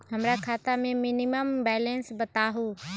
हमरा खाता में मिनिमम बैलेंस बताहु?